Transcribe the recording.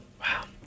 Wow